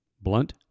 Blunt